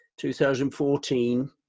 2014